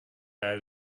out